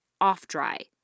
off-dry